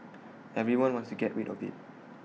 everyone wants to get rid of IT